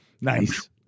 nice